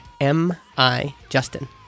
M-I-Justin